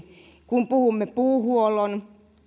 kun puhumme puuhuollon